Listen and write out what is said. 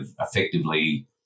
effectively